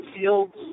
fields